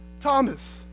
Thomas